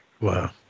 Wow